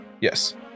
yes